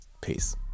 peace